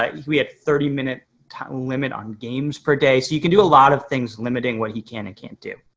like we had thirty minute limit on games per day. so you can do a lot of things, limiting what he can and can't do.